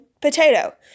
potato